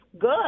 good